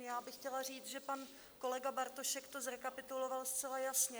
Já bych chtěla říct, že pan kolega Bartošek to zrekapituloval zcela jasně.